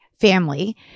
family